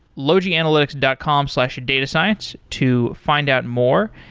logianalytics dot com slash datascience to find out more,